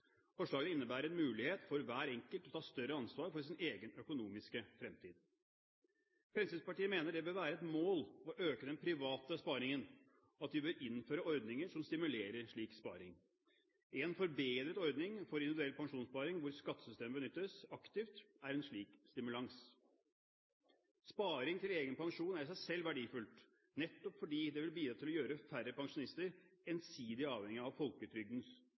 innebærer en mulighet for hver enkelt til å ta større ansvar for sin egen økonomiske fremtid. Fremskrittspartiet mener det bør være et mål å øke den private sparingen, og at vi bør innføre ordninger som stimulerer slik sparing. En forbedret ordning for individuell pensjonssparing hvor skattesystemet benyttes aktivt, er en slik stimulans. Sparing til egen pensjon er i seg selv verdifullt, nettopp fordi det vil bidra til å gjøre færre pensjonister ensidig avhengig av folketrygdens